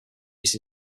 used